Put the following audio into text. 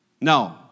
No